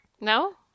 No